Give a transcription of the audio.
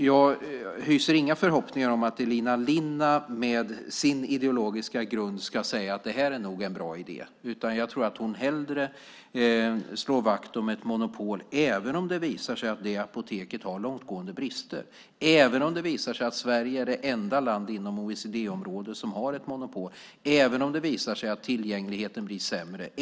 Jag hyser inga förhoppningar om att Elina Linna, med sin ideologiska grund, ska säga att det här nog är en bra idé. Jag tror att hon hellre slår vakt om ett monopol även om det visar sig att det apoteket har långtgående brister, även om det visar sig att Sverige är det enda land inom OECD-området som har ett monopol och även om det visar sig att tillgängligheten blir sämre.